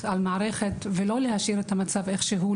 על המערכת ולא להשאיר את המצב איך שהוא,